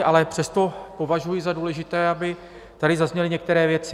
Ale přesto považuji za důležité, aby tady zazněly některé věci.